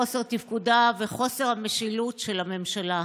חוסר תפקודה וחוסר המשילות של הממשלה.